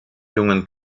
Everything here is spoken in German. jungen